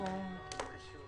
חדש.